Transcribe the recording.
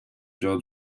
jaw